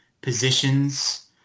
positions